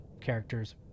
character's